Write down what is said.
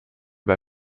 bei